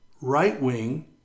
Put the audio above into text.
right-wing